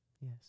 Yes